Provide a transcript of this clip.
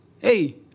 Hey